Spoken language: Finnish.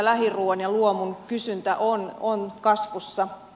lähiruuan ja luomun kysyntä on kasvussa